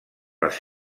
les